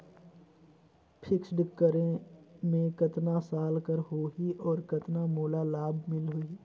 Fixed करे मे कतना साल कर हो ही और कतना मोला लाभ मिल ही?